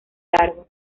largo